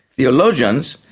theologians,